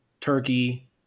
turkey